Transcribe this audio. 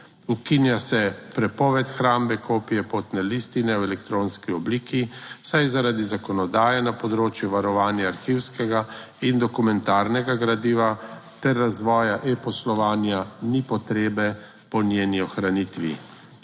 Ukinja se prepoved hrambe kopije potne listine v elektronski obliki, saj zaradi zakonodaje na področju varovanja arhivskega in dokumentarnega gradiva ter razvoja e-poslovanja ni potrebe po njeni ohranitvi.